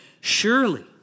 Surely